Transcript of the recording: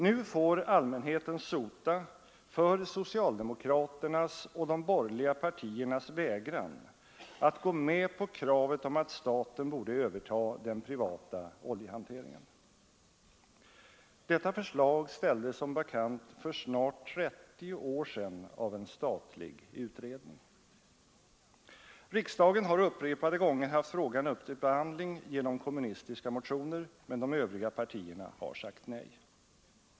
Nu får allmänheten sota för socialdemokraternas och de borgerliga partiernas vägran att gå med på kravet om att staten borde överta den privata oljehanteringen. Detta förslag ställdes för snart trettio år sedan av en statlig utredning. Riksdagen har upprepade gånger haft frågan uppe till behandling genom kommunistiska motioner, men de övriga partierna har sagt nej.